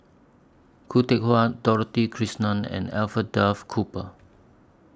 Khoo Teck Puat Dorothy Krishnan and Alfred Duff Cooper